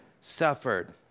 suffered